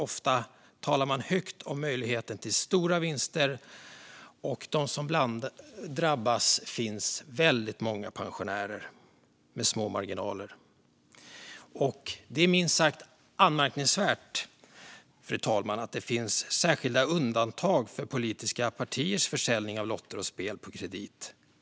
Ofta talar man högt om möjligheten till stora vinster, och bland dem som drabbas finns väldigt många pensionärer med små marginaler. Det är minst sagt anmärkningsvärt, fru talman, att det finns särskilda undantag för politiska partiers försäljning av lotter och spel på kredit.